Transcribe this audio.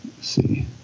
see